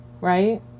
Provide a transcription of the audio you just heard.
right